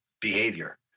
behavior